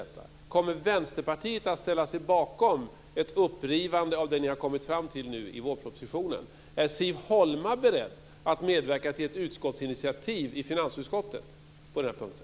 Kommer Vänsterpartiet att ställa sig bakom ett upprivande av det ni har kommit fram till i vårpropositionen? Är Siv Holma beredd att medverka till ett utskottsinitiativ i finansutskottet på den punkten?